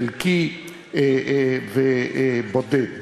חלקי ובודד.